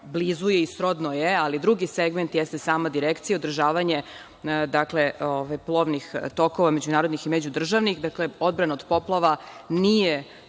blizu je i srodno je, ali drugi segment jeste sama Direkcija i održavanje plovnih tokova međunarodnih i međudržavnih. Dakle, odbrana od poplava nije